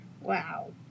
wow